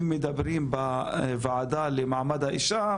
אם מדברים בוועדה למעמד האישה,